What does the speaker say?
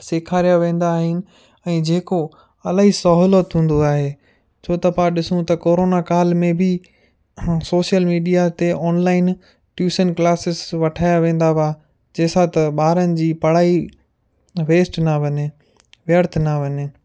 सेखारिया वेंदा आहिनि ऐं जेको इलाही सहूलत हूंदो आहे छो त पाणि ॾिसूं त कोरोना काल में बि सोशल मीडिया ते ऑनलाइन ट्यूशन क्लासिस वठाया वेंदा हुआ जंहिं सां त ॿारनि जी पढ़ाई वेस्ट न वञे व्यर्थ न वञे